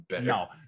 no